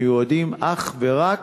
מיועדים אך ורק